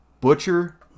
butcher